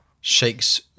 Shakes